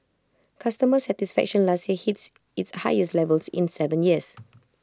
customer satisfaction last hit its highest levels in Seven years